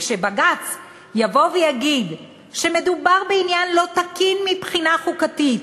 כשבג"ץ יגיד שמדובר בעניין לא תקין מבחינה חוקתית,